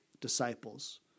Disciples